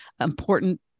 important